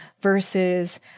versus